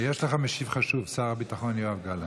יש לך משיב חשוב, שר הביטחון יואב גלנט.